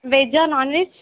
veg or non veg